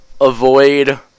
avoid